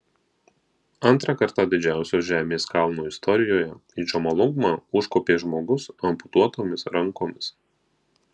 antrą kartą didžiausios žemės kalno istorijoje į džomolungmą užkopė žmogus amputuotomis rankomis